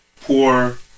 poor